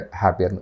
happy